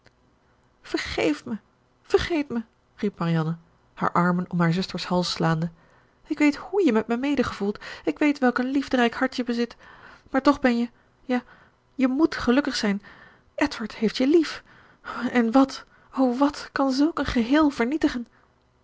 vergeef mij vergeet mij riep marianne haar armen om haar zuster's hals slaande ik weet hoe je met mij medegevoelt ik weet welk een liefderijk hart je bezit maar toch ben je ja je met gelukkig zijn edward heeft je lief en wàt o wàt kan zulk een geheel vernietigen